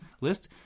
list